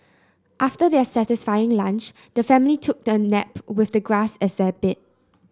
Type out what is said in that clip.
after their satisfying lunch the family took a nap with the grass as their bed